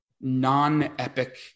non-epic